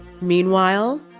Meanwhile